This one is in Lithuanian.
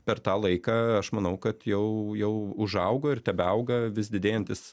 per tą laiką aš manau kad jau jau užaugo ir tebeauga vis didėjantis